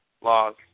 laws